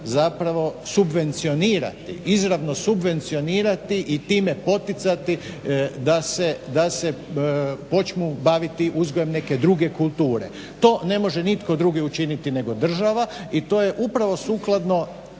zapravo subvencionirati izravno subvencionirati i time poticati da se počnu baviti uzgojem neke druge kulture. To ne može nitko drugi učiniti nego država i to je upravo sukladno